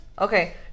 okay